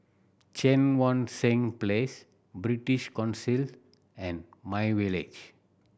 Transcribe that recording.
Cheang Wan Seng Place British Council and my Village